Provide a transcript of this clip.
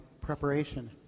preparation